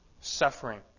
Suffering